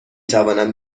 توانم